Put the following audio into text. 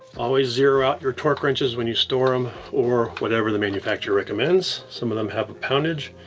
always zero out your torque wrenches when you store em, or whatever the manufacturer recommends. some of them have a poundage.